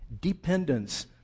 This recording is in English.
Dependence